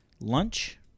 lunch